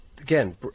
again